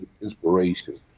inspiration